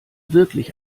wirklich